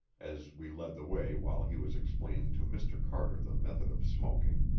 as we led the way while he was explaining to mr. carter the method of smoking.